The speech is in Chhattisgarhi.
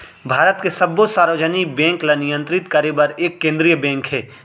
भारत के सब्बो सार्वजनिक बेंक ल नियंतरित करे बर एक केंद्रीय बेंक हे